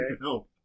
No